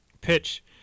pitch